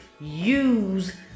use